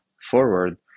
forward